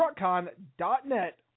truckcon.net